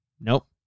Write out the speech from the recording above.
Nope